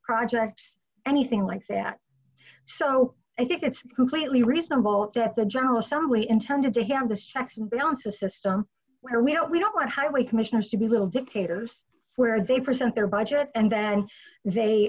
projects anything like that so i think it's completely reasonable that the general assembly intended to have this checks and balances system where we don't we don't want highway commissioners to be little dictators where they present their budget and then they